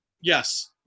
yes